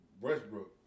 Westbrook